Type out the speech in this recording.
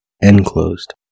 enclosed